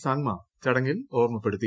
സാങ്മ ചടങ്ങിൽ ഓർമപ്പെടുത്തി